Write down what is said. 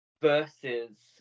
versus